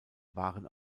waren